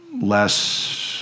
less